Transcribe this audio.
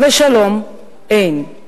ושלום, אין.